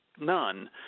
none